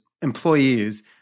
employees –